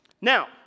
Now